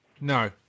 no